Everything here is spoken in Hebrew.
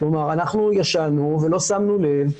אנחנו ישנו ולא שמנו לב,